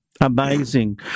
Amazing